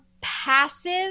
passive